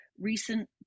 recent